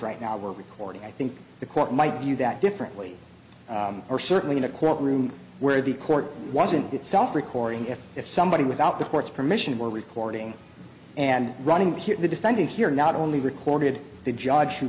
right now were recording i think the court might view that differently or certainly in a court room where the court wasn't itself recording if it's somebody without the court's permission or recording and running here the defendant here not only recorded the judge who